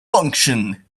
function